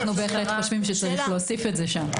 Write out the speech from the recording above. אנחנו בהחלט חושבים שצריך להוסיף את זה שם.